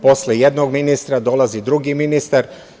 Posle jednog ministra dolazi drugi ministar.